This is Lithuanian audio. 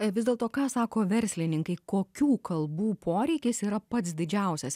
vis dėlto ką sako verslininkai kokių kalbų poreikis yra pats didžiausias